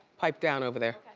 pipe down over there.